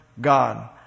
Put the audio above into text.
God